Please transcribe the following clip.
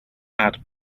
add